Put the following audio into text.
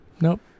Nope